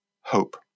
hope